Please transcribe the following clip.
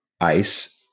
ice